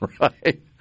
right